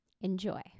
enjoy